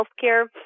healthcare